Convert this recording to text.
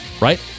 right